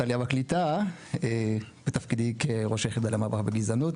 העלייה והקליטה בתפקידי כראש היחידה למאבק בגזענות.